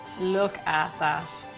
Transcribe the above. look at that!